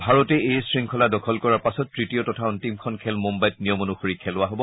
ভাৰতে এই শৃংখলা দখল কৰাৰ পাছত তৃতীয় তথা অন্তিমখন খেল মুম্বাইত নিয়ম অনুসৰি খেলোৱা হ'ব